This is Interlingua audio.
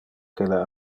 que